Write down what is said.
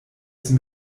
sie